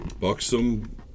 buxom